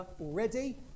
already